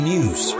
News